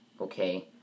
okay